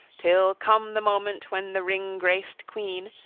till come the moment when the ring-graced queen,